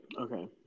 Okay